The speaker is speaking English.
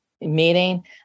meeting